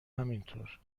همینطور